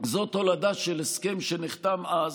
זאת תולדה של הסכם שנחתם אז,